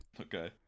Okay